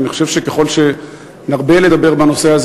ואני חושב שככל שנרבה לדבר בנושא הזה